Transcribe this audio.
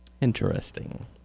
Interesting